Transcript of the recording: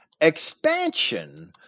expansion